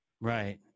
right